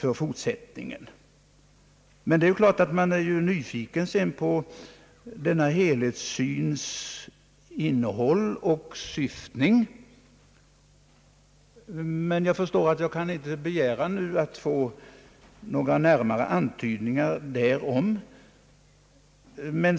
Givetvis är man nyfiken på denna helhetssyns innehåll och syftning, men jag förstår att jag inte nu kan begära att få några närmare antydningar därom.